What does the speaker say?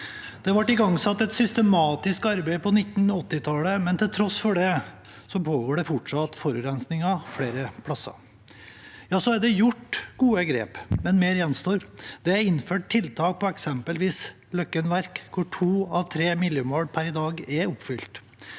Det ble igangsatt et systematisk arbeid på 1980-tallet, men til tross for det pågår det fortsatt forurensning flere steder. Det er tatt gode grep, men mer gjenstår. Det er innført tiltak på eksempelvis Løkken Verk, hvor to av tre miljømål per i dag er oppfylt.